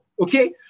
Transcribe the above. okay